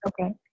Okay